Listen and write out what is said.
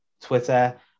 Twitter